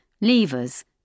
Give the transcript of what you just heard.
levers